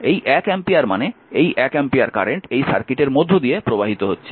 এই 1 অ্যাম্পিয়ার মানে এই 1 অ্যাম্পিয়ার কারেন্ট এই সার্কিটের মধ্য দিয়ে প্রবাহিত হচ্ছে